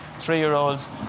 three-year-olds